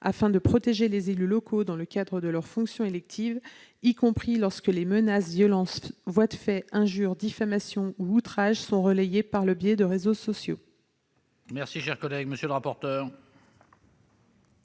afin de protéger les élus locaux dans le cadre de leurs fonctions électives, y compris lorsque les menaces, violences, voies de fait, injures, diffamations ou outrages sont relayés par le biais des réseaux sociaux. Quel est l'avis de la